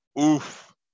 Oof